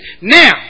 Now